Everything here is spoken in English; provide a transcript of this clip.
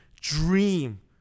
dream